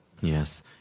Yes